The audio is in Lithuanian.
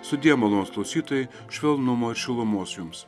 sudie malonūs klausytojai švelnumo ir šilumos jums